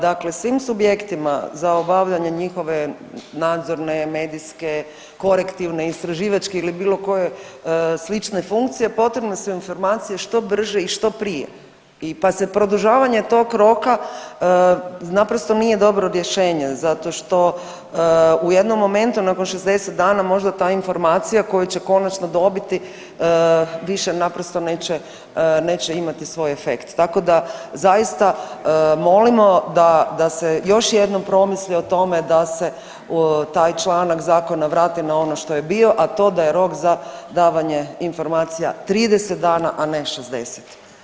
Dakle svim subjektima za obavljanje njihove nadzorne, medijske, korektivne i istraživačke ili bilo koje slične funkcije potrebne su informacije što brže i što prije, pa se produžavanje tog roka naprosto nije dobro rješenje zato što u jednom momentu nakon 60 dana možda ta informacija koju će konačno dobiti više naprosto neće, neće imati svoj efekt, tako da zaista molimo da, da se još jednom promisli o tome da se taj članak zakona vrati na ono što je bio, a to da je rok za davanje informacija 30 dana, a ne 60.